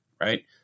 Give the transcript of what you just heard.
right